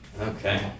Okay